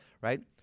right